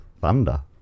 thunder